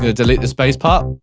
ah delete this bass part